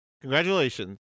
Congratulations